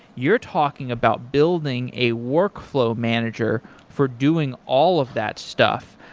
you're talking about building a workflow manager for doing all of that stuff.